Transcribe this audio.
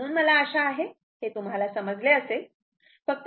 म्हणून मला आशा आहे हे तुम्हाला हे समजले असेल